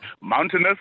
Mountainous